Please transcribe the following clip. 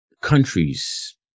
countries